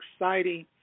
exciting